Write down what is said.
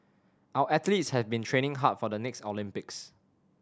our athletes have been training hard for the next Olympics